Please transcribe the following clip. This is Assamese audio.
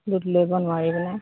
লোড ল'ব নোৱাৰি পিনে